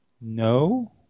No